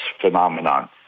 phenomenon